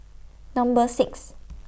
Number six